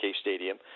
stadium